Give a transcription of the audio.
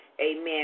amen